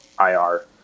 IR